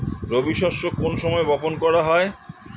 রবি শস্য কোন সময় বপন করা হয়?